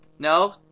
No